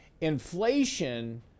Inflation